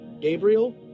Gabriel